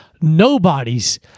nobodies